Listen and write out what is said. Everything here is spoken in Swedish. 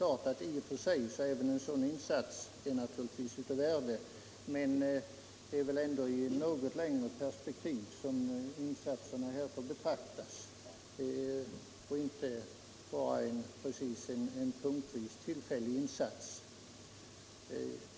I och för sig är även en sådan insats av värde, men insatserna här måste väl ändå betraktas i ett något längre perspektiv. Det får inte vara fråga om punktvisa tillfälliga insatser.